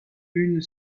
une